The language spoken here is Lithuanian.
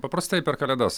paprastai per kalėdas